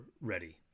ready